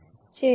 ചെയ്തോ